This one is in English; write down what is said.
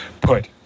put